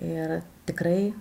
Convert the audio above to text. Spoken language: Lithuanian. ir tikrai